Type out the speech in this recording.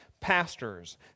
pastors